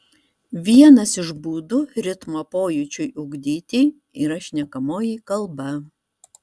vienas iš būdų ritmo pojūčiui ugdyti yra šnekamoji kalba